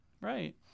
Right